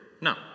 No